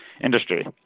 industry